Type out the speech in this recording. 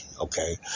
okay